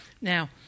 Now